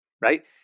right